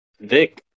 Vic